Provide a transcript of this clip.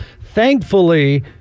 thankfully